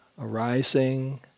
arising